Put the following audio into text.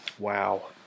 Wow